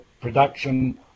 production